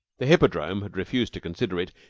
the hippodrome had refused to consider it,